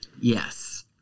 Yes